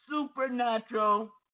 supernatural